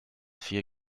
vier